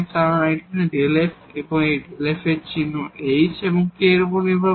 কারণ এই Δ f এই Δ f এর চিহ্ন h এবং k এর উপর নির্ভর করে